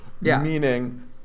meaning